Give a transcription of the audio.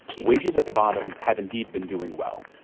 wages at the bottom have indeed been doing well.